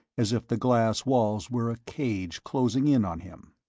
as if the glass walls were a cage closing in on him.